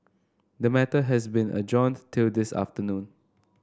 the matter has been adjourned till this afternoon